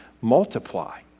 Multiply